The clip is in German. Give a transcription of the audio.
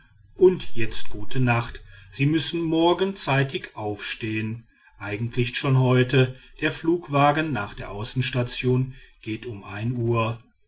und jetzt gute nacht sie müssen morgen zeitig aufstehen eigentlich schon heute der flugwagen nach der außenstation geht um ein uhr